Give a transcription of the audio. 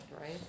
right